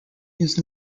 his